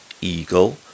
eagle